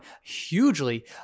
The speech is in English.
hugely